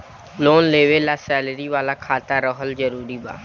Loan लेवे ला salary वाला खाता रहल जरूरी बा?